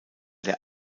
der